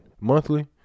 monthly